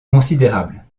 considérables